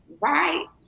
right